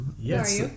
yes